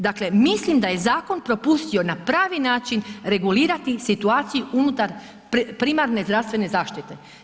Dakle, mislim da je zakon propustio na pravi način regulirati situaciju unutar primarne zdravstvene zaštite.